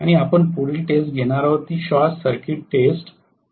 आपण पुढील टेस्ट घेणार आहोत ती शॉर्ट सर्किट टेस्ट आहे